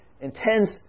intense